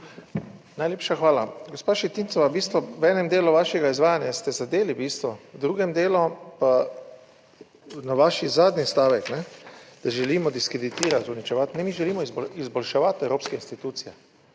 Najlepša hvala, gospa Šetinčeva. V bistvu v enem delu vašega izvajanja ste zadeli, v bistvu, v drugem delu pa na vaš zadnji stavek, da želimo diskreditirati, uničevati. Mi želimo izboljševati evropske institucije